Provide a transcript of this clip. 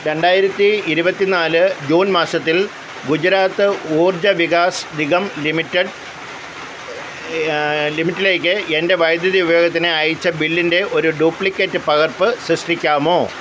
രണ്ടായിരത്തി ഇരുപത്തി നാല് ജൂൺ മാസത്തിൽ ഗുജറാത്ത് ഊർജ വികാസ് നിഗം ലിമിറ്റഡ് ലിമിറ്റലേക്ക് എൻ്റെ വൈദ്യുതി ഉപയോഗത്തിന് അയച്ച ബില്ലിൻ്റെ ഒരു ഡ്യൂപ്ലിക്കേറ്റ് പകർപ്പ് സൃഷ്ടിക്കാമോ